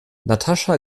natascha